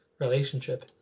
relationship